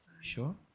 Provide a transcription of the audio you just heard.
Sure